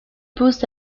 poste